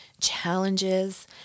challenges